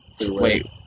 Wait